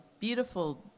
beautiful